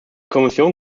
kommission